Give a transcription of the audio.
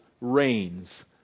reigns